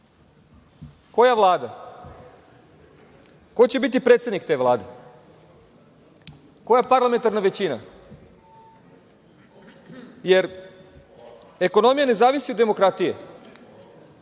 Koja Vlada? Ko će biti predsednik te Vlade? Koja parlamentarna većina? Jer, ekonomija ne zavisi od demokratije.